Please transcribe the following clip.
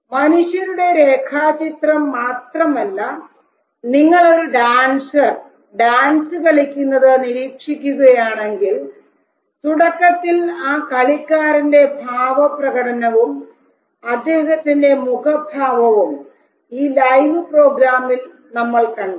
മനുഷ്യരുടെ രേഖാചിത്രം മാത്രമല്ല നിങ്ങൾ ഒരു ഡാൻസർ ഡാൻസ് കളിക്കുന്നത് നിരീക്ഷിക്കുകയാണെങ്കിൽ തുടക്കത്തിൽ ആ കളിക്കാരന്റെ ഭാവപ്രകടനവും അദ്ദേഹത്തിൻറെ മുഖഭാവവും ഈ ലൈവ് പ്രോഗ്രാമിൽ നമ്മൾ കണ്ടു